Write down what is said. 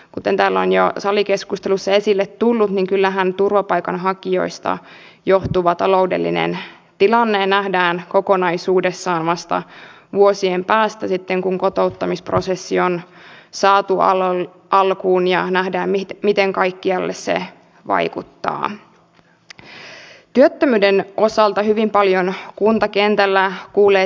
kuten talon ja salikeskustelussa esilletullut on hämmästyttävää että valtion toimesta halutaan ajaa alas junaliikennettä kun samanaikaisesti tiedämme miten ympäristöystävällinen kulkumuoto juna on ja miten meidän täytyisi miettiä miten vähennämme hiilidioksidipäästöjä